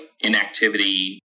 inactivity